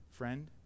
friend